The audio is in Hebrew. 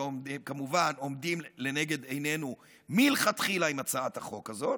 שכמובן עומדים לנגד עינינו מלכתחילה עם הצעת החוק הזאת,